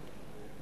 הסביבה.